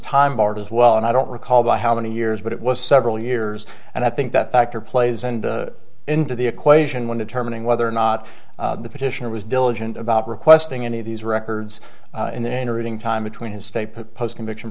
d as well and i don't recall by how many years but it was several years and i think that factor plays and into the equation when determining whether or not the petitioner was diligent about requesting any of these records in the intervening time between his stay put post conviction